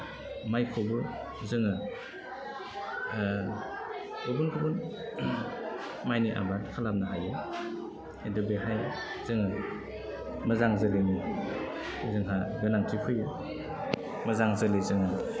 माइखौबो जोङो गुबुन गुबुन माइनि आबाद खालामनो हायो खिन्थु बेहाय जोङो मोजां जोलैनि जोंहा गोनांथि फैयो मोजां जोलै जोङो